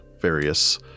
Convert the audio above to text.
various